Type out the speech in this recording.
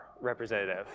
representative